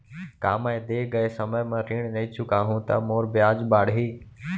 का मैं दे गए समय म ऋण नई चुकाहूँ त मोर ब्याज बाड़ही?